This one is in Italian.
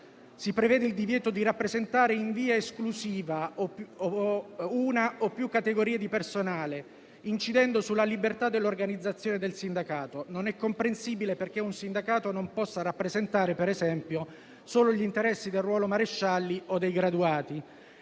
Si prevede il divieto di rappresentare in via esclusiva una o più categorie di personale, incidendo sulla libertà dell'organizzazione del sindacato. Non è comprensibile perché un sindacato non possa rappresentare - per esempio - solo gli interessi del ruolo marescialli o dei graduati.